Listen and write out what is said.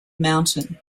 mountain